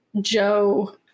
Joe